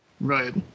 Right